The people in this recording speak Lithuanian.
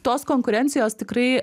tos konkurencijos tikrai